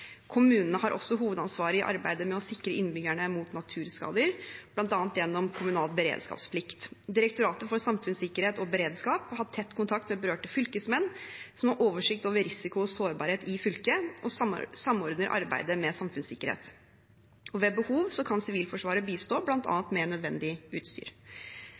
Kommunene har også hovedansvaret i arbeidet med å sikre innbyggerne mot naturskader, bl.a. gjennom kommunal beredskapsplikt. Direktoratet for samfunnssikkerhet og beredskap har tett kontakt med berørte fylkesmenn som har oversikt over risiko og sårbarhet i fylket, og samordner arbeidet med samfunnssikkerhet. Ved behov kan Sivilforsvaret bistå, bl.a. med nødvendig utstyr.